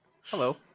Hello